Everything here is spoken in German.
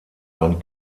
ein